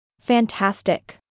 Fantastic